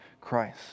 Christ